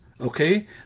okay